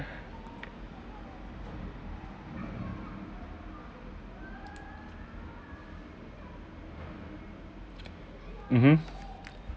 mmhmm